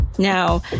Now